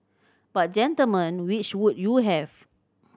but gentlemen which would you have